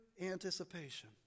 anticipation